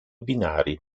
binari